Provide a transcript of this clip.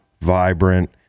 vibrant